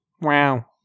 Wow